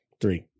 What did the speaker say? Three